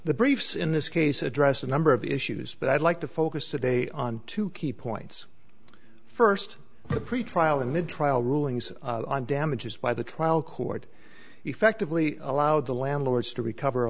the briefs in this case address a number of issues but i'd like to focus today on two key points first the pretrial and the trial rulings on damages by the trial court effectively allowed the landlords to recover